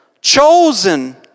chosen